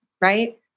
right